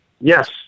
Yes